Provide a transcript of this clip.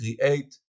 create